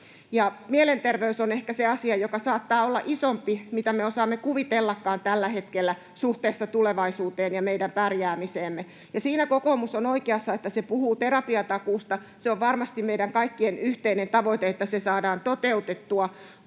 mielenterveys on ehkä se asia, joka saattaa olla isompi kuin me osaamme kuvitellakaan tällä hetkellä suhteessa tulevaisuuteen ja meidän pärjäämiseemme. Sinä kokoomus on oikeassa, että se puhuu terapiatakuusta — se on varmasti meidän kaikkien yhteinen tavoite, että se saadaan toteutettua,